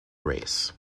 race